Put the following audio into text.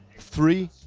three,